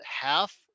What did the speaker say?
half